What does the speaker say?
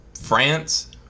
France